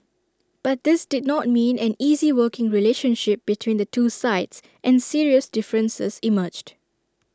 but this did not mean an easy working relationship between the two sides and serious differences emerged